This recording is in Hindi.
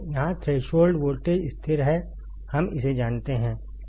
यहां थ्रेसहोल्ड वोल्टेज स्थिर है हम इसे जानते हैं